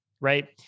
Right